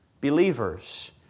Believers